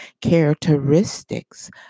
characteristics